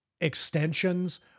extensions